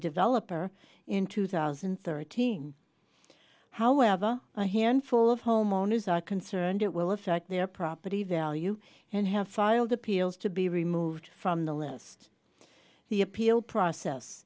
developer in two thousand and thirteen however a handful of homeowners are concerned it will affect their property value and have filed appeals to be removed from the list the appeal process